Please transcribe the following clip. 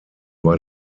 war